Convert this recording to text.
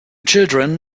children